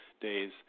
days